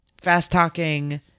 fast-talking